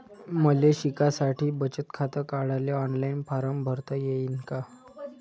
मले शिकासाठी बचत खात काढाले ऑनलाईन फारम भरता येईन का?